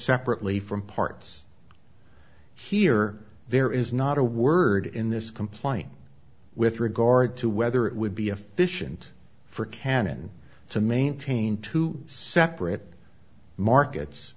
separately from parts here there is not a word in this complaint with regard to whether it would be efficient for canon to maintain two separate markets